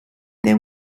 they